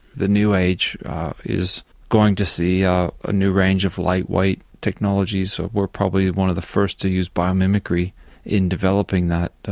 the new age is going to see a ah new range of lightweight technologies, and we're probably one of the first to use biomimicry in developing that.